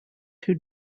two